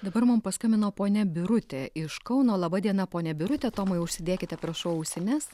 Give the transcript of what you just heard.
dabar mum paskambino ponia birutė iš kauno laba diena ponia birutetomai užsidėkite prašau ausines